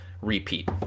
repeat